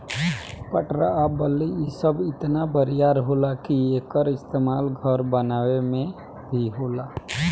पटरा आ बल्ली इ सब इतना बरियार होला कि एकर इस्तमाल घर बनावे मे भी होला